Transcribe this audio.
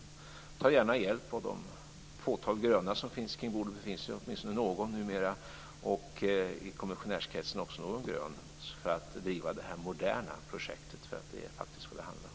Vi tar gärna hjälp av de fåtal gröna som finns kring bordet - det finns ju åtminstone någon numera, och i kommissionärskretsen finns det också någon grön - för att driva det här moderna projektet, för det är faktiskt vad det handlar om.